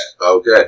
Okay